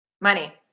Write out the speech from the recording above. Money